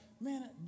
man